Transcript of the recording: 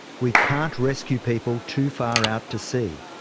we can't rescue people too far out to sea.